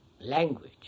language –